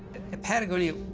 at patagonia,